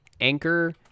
Anchor